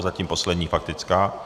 Zatím poslední faktická.